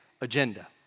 agenda